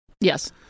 Yes